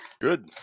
Good